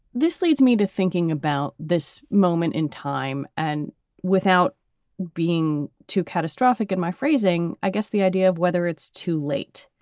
this leads me to thinking about this moment in time and without being too catastrophic in my phrasing, i guess the idea of whether it's too late.